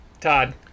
Todd